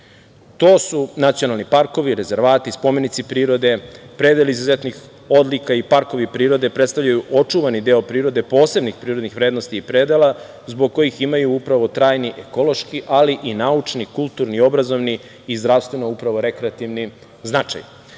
su nacionalni parkovi, rezervati, spomenici prirode, predeli izuzetnih odlika i parkovi prirode predstavljaju očuvani deo prirode, posebnih prirodnih vrednosti i predela, zbog kojih ima trajni ekološki, ali i naučni kulturni i obrazovni i zdravstveno, upravo rekreativni značaj. Njihova